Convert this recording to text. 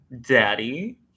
Daddy